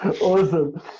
Awesome